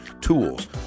tools